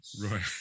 Right